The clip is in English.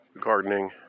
gardening